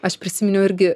aš prisiminiau irgi